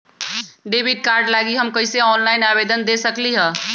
Debit card लागी हम कईसे ऑनलाइन आवेदन दे सकलि ह?